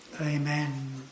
Amen